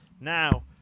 Now